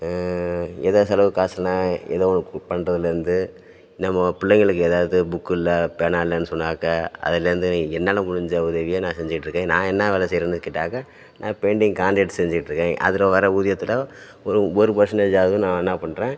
ஏதா செலவுக்கு காசு இல்லைனா ஏதோவொன்று பண்ணுறதுலேருந்து நம்ம பிள்ளைங்களுக்கு ஏதாவது புக் இல்லை பேனா இல்லேன்னு சொன்னாக்க அதுலேருந்து என்னால் முடிஞ்ச உதவியை நான் செஞ்சுகிட்டுருக்கேன் நான் என்ன வேலை செய்யறேன்னு கேட்டாக்க நான் பெயிண்டிங் கான்ரேட் செஞ்சுட்டு இருக்கேன் அதில் வர்ற ஊதியத்தில் ஒரு ஒரு பர்சென்டேஜாவது நான் என்ன பண்ணுறேன்